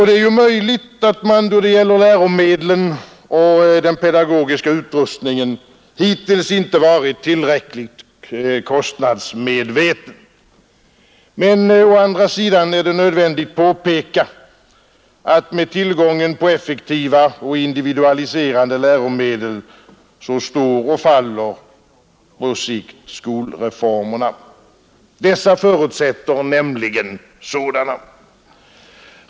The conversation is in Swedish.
Det är ju möjligt att man då det gäller läromedel och pedagogisk utrustning hittills inte varit tillräckligt kostnadsmedveten. Men å andra sidan är det nödvändigt att påpeka att skolreformerna på sikt står och faller med tillgången på effektiva och individualiserade läromedel.